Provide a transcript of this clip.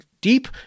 deep